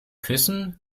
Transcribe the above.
küssen